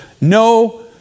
no